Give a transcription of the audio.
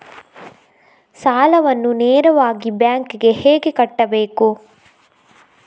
ಸಾಲವನ್ನು ನೇರವಾಗಿ ಬ್ಯಾಂಕ್ ಗೆ ಹೇಗೆ ಕಟ್ಟಬೇಕು?